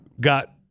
got